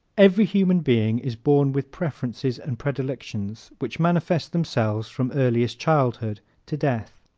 every human being is born with preferences and predilections which manifest themselves from earliest childhood to death.